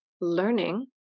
learning